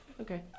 Okay